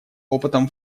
опытом